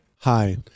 Hi